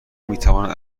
میتوانند